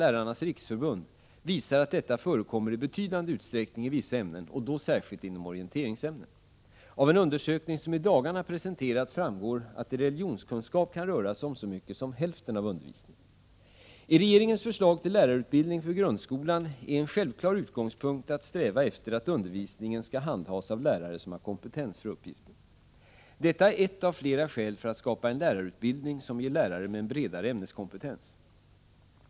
Lärarnas Riksförbund visar att detta förekommer i betydande utsträckning i vissa ämnen och då särskilt inom orienteringsämnen. Av en undersökning som i dagarna presenterats framgår att det i religionskunskap kan röra sig om så mycket som hälften av undervisningen. I regeringens förslag till lärarutbildning för grundskolan är en självklar utgångspunkt att sträva efter att undervisningen skall handhas av lärare som har kompetens för uppgiften. Detta är ett av flera skäl för att skapa en lärarutbildning som ger lärare med en bredare ämneskompetens.